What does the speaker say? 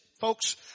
Folks